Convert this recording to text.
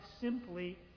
simply